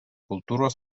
kultūros